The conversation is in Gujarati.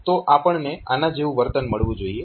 તો આપણને આના જેવું વર્તન મળવું જોઈએ